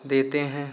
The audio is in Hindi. देते हैं